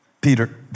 Peter